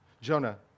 Jonah